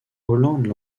holland